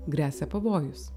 gresia pavojus